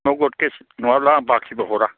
नगद केस नङाब्ला आं बाखिखौ हरा